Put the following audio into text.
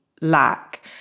lack